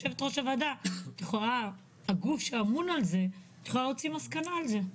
את יכולה להוציא מסקנה בנושא.